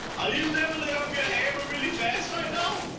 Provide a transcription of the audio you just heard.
are you leveling up your hammer really fast right now?